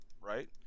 right